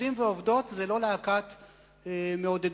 עובדים ועובדות זה לא להקת מעודדות.